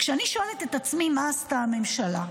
כשאני שואלת את עצמי מה עשתה הממשלה,